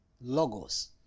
logos